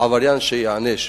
העבריין שייענש.